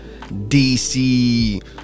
dc